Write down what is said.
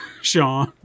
Sean